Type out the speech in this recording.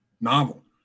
novel